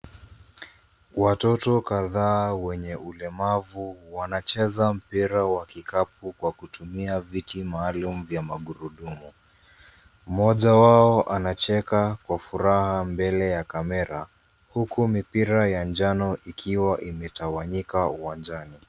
Watoto kadhaa wenye ulemavu wanacheza mpira wa kikapu kwa kutumia viti maalum vya magurudumu. Mmoja wao anacheka kwa furaha mbele ya kamera huku mipra ya njano ikiwa imetawanyika uwanjani.